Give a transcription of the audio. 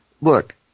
look